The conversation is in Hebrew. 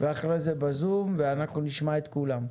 ואחרי זה בזום ואנחנו נשמע את כולם.